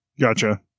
Gotcha